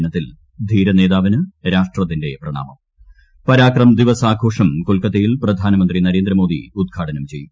ദിനത്തിൽ ധീര നേതാവിന് ശാഷ്ട്രത്തിന്റെ പ്രണാമം പരാക്രം ദിവസ് ആഘോഷം കൊൽക്കത്തയിൽ പ്രധാനമന്ത്രി നരേന്ദ്രമോദി ഉദ്ഘാടനം ചെയ്യും